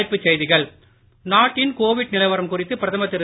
தலைப்புச் செய்திகள் நாட்டின் கோவிட் நிலவரம் குறித்து பிரதமர் திரு